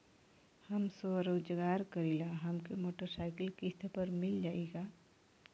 हम स्वरोजगार करीला हमके मोटर साईकिल किस्त पर मिल जाई का?